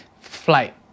flight